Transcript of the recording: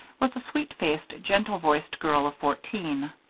was a sweet-faced, gentle-voiced girl of fourteen.